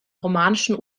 romanischen